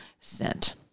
sent